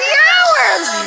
hours